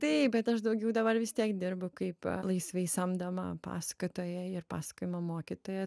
taip bet aš daugiau dabar vis tiek dirbu kaip laisvai samdoma pasakotoja ir pasakojimo mokytoja